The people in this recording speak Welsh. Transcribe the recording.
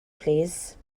plîs